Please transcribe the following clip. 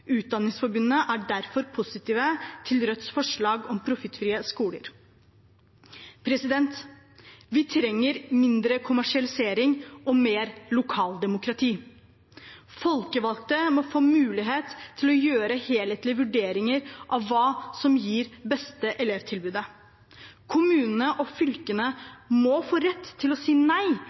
er derfor positive til Rødts forslag om profittfrie skoler.» Vi trenger mindre kommersialisering og mer lokaldemokrati. Folkevalgte må få mulighet til å gjøre helhetlige vurderinger av hva som gir det beste elevtilbudet. Kommunene og fylkene må få rett til å si nei